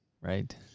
Right